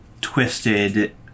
twisted